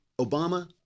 Obama